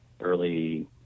early